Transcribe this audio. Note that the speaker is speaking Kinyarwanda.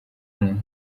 umuntu